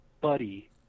buddy